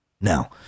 Now